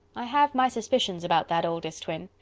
i have my suspicions about that oldest twin.